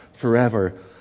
forever